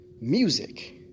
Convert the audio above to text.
music